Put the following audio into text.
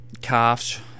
calves